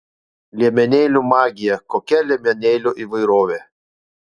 liemenėlių magija kokia liemenėlių įvairovė